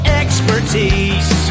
expertise